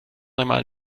einmal